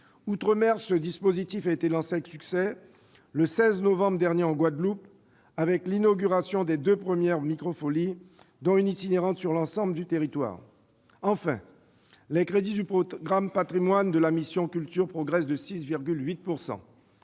outre-mer, ce dispositif a été lancé avec succès, le 16 novembre dernier, en Guadeloupe, avec l'inauguration des deux premières Micro-folies, dont une itinérante sur l'ensemble du territoire. Enfin, les crédits du programme 175, « Patrimoines », de la mission « Culture » progressent de 6,8 %.